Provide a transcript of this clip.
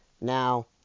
Now